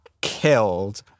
killed